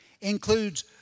includes